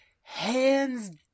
hands